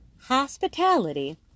hospitality